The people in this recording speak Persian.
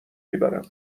میبرم